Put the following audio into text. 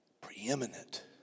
preeminent